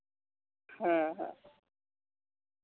ᱦᱮᱸ ᱦᱮᱸ